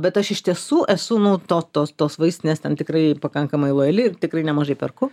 bet aš iš tiesų esu nu to tos tos vaistinės ten tikrai pakankamai lojali ir tikrai nemažai perku